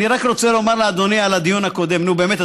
אני רק רוצה לומר לאדוני על הדיון הקודם: נו באמת,